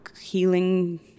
healing